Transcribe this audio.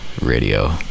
Radio